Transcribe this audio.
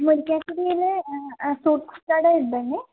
മുരിക്കാശ്ശേരിയിലെ fruits കട ഇതല്ലേ